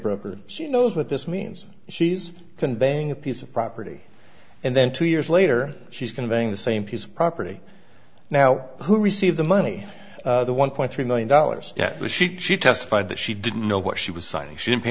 broker she knows what this means she's conveying a piece of property and then two years later she's conveying the same piece of property now who received the money the one point three million dollars yet was she she testified that she didn't know what she was signing